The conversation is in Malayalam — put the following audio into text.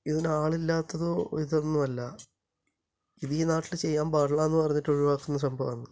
ഇതിന് ആളില്ലാത്തതോ ഇതൊന്നുമല്ല ഇത് ഈ നാട്ടിൽ ചെയ്യാൻ പാടില്ല എന്ന് പറഞ്ഞിട്ട് ഒഴിവാക്കുന്ന സംഭവമാണ്